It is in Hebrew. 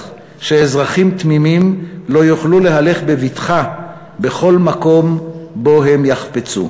שאזרחים תמימים לא יוכלו להלך בבטחה בכל מקום שבו הם יחפצו.